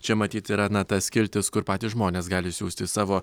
čia matyt yra ta skiltis kur patys žmonės gali siųsti savo